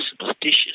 superstitious